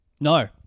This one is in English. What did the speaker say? No